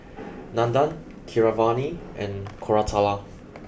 Nandan Keeravani and Koratala